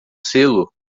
selo